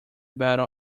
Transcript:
battle